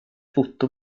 foto